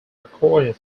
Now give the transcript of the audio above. recorded